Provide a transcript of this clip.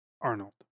arnold